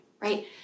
right